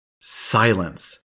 Silence